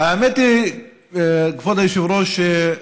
האמת היא, כבוד היושב-ראש,